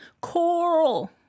Coral